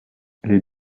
les